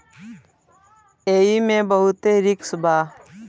एईमे बहुते रिस्क बा